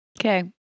Okay